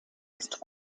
ist